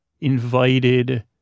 invited